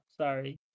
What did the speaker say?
sorry